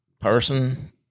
person